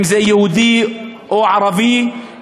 אם זה יהודי או ערבי,